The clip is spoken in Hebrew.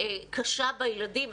קשה בילדים.